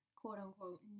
quote-unquote